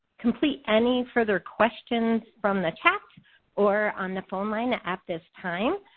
complete any further questions from the chat or on the phone line at this time.